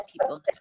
people